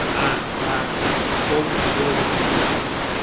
na een paar ongeduldige vloeken